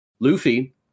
Luffy